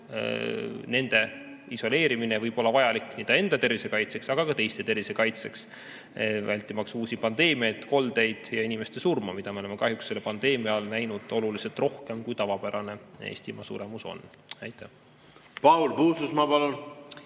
inimese isoleerimine võib olla vajalik tema enda tervise kaitseks, aga ka teiste tervise kaitseks, vältimaks uusi pandeemiaid, koldeid ja inimeste surma, mida me oleme kahjuks selle pandeemia ajal näinud oluliselt rohkem, kui on tavapärane Eestimaa suremus. Aitäh, hea küsija!